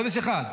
חודש אחד.